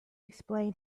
explain